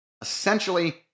essentially